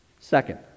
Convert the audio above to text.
second